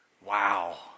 wow